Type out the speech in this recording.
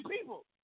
people